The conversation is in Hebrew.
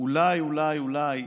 אולי אולי אולי